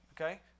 okay